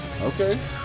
Okay